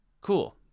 Cool